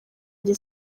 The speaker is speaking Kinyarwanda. njye